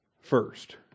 first